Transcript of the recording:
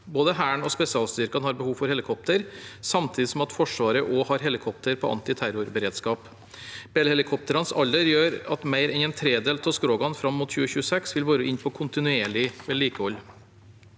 Både Hæren og spesialstyrkene har behov for helikoptre, samtidig som Forsvaret også har helikopter på antiterrorberedskap. Bell-helikoptrenes alder gjør at mer enn en tredel av skrogene fram mot 2026 vil være inne til kontinuerlig vedlikehold.